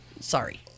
Sorry